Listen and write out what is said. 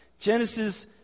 Genesis